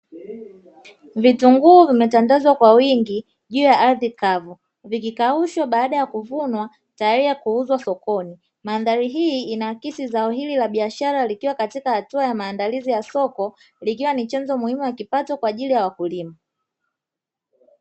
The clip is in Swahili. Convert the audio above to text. Vitunguu vimetandazwa kwa wingi juu ya ardhi kavu vikikaushwa baada ya kuvunwa tayari kuuzwa sokoni, mandhari hii inaakisi zao hili la biashara likiwa katika hatua ya maandalizi ya soko likiwa ni chanzo muhimu ya kipato kwa ajili ya wakulima.